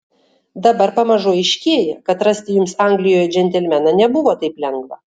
dabar pamažu aiškėja kad rasti jums anglijoje džentelmeną nebuvo taip lengva